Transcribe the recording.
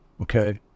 okay